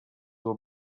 will